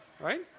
Right